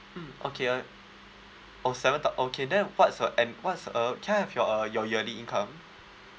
mm okay I oh seven thou~ okay then what's your ann~ what's uh can I have your uh your yearly income